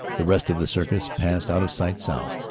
the rest of the circus passed out of sight south.